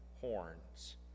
horns